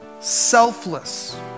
Selfless